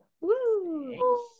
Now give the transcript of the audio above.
Woo